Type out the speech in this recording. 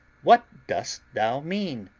what dost thou mean?